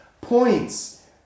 points